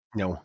no